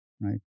right